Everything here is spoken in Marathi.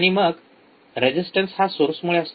मग रेजिस्टन्स हा सोर्समुळे असतो